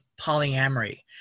polyamory